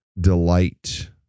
delight